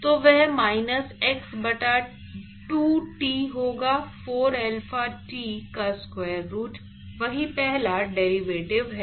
तो वह minus x बटा 2 t होगा 4 alpha t का स्क्वायर रूट वही पहला डेरिवेटिव है